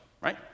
right